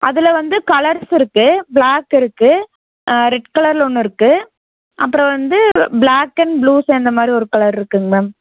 அதில் வந்து கலர்ஸ் இருக்குது பிளாக் இருக்குது ரெட் கலரில் ஒன்று இருக்குது அப்புறம் வந்து பிளாக் அண்ட் ப்ளூ சேர்ந்த மாதிரி ஒரு கலர் இருக்குதுங்க மேம்